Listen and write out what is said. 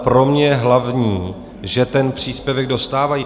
Pro mě ale je hlavní, že ten příspěvek dostávají.